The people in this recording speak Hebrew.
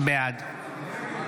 נגד